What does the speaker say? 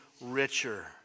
richer